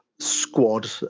squad